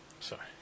Sorry